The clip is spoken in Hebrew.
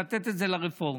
לתת את זה לרפורמים.